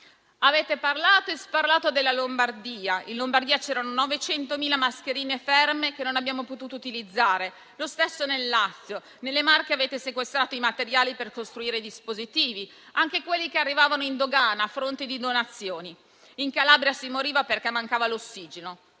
Avete parlato e sparlato della Lombardia, ebbene in Lombardia c'erano 900.000 mascherine ferme che non abbiamo potuto utilizzare, lo stesso nel Lazio. Nelle Marche avete sequestrato i materiali per costruire i dispositivi, anche quelli che arrivavano in dogana a fronte di donazioni. In Calabria si moriva perché mancava l'ossigeno.